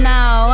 Now